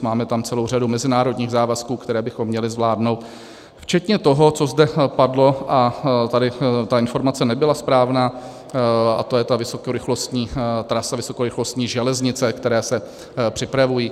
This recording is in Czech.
Máme tam celou řadu mezinárodních závazků, které bychom měli zvládnout, včetně toho, co zde padlo, a tady ta informace nebyla správná, to je ta vysokorychlostní trasa, vysokorychlostní železnice, které se připravují.